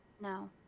No